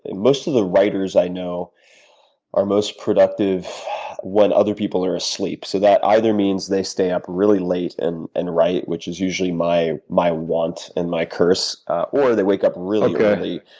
most of the writers i know are most productive when other people are asleep so that either means they stay up really late and and write which is usually my my want and my curse or they wake up really early,